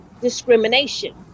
discrimination